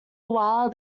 while